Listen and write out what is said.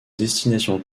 destination